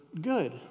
good